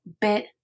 bit